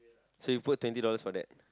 so you put twenty dollars for that